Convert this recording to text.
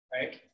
right